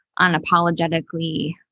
unapologetically